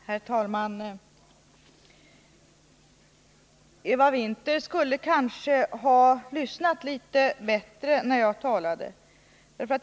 Herr talman! Eva Winther skulle kanske ha lyssnat litet bättre när jag talade.